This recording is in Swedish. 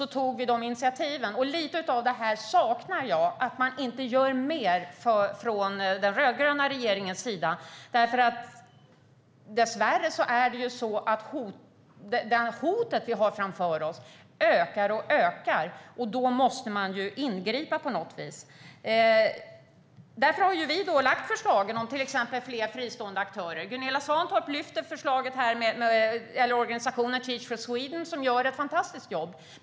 Jag saknar att man inte gör mer från den rödgröna regeringens sida. Dessvärre ökar hotet som finns framför oss. Då måste vi ingripa på något sätt. Därför har vi lagt fram förslag om till exempel fler fristående aktörer. Gunilla Svantorp lyfte fram organisationen Teach for Sweden, som gör ett fantastiskt jobb.